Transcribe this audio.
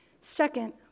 Second